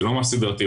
זה לא משהו סדרתי.